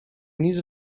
nic